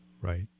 Right